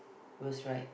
worse right